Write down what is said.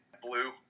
Blue